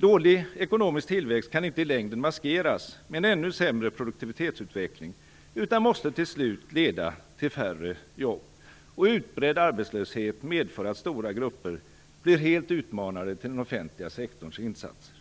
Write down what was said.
Dålig ekonomisk tillväxt kan inte i längden maskeras med en ännu sämre produktivitetsutveckling utan måste till slut leda till färre jobb. Utbredd arbetslöshet medför att stora grupper blir helt utlämnade till den offentliga sektorns insatser.